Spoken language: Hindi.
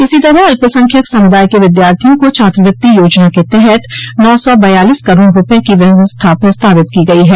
इसी तरह अल्पसंख्यक समुदाय के विद्यार्थियों को छात्रवृत्ति योजना के तहत नौ सौ बयालीस करोड़ रूपये की व्यवस्था प्रस्तावित की गई है